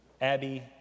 Abby